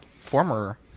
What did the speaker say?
former